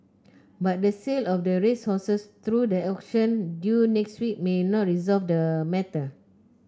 but the sale of the racehorses through the auction due next week may not resolve the matter